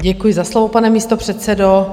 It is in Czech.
Děkuji za slovo, pane místopředsedo.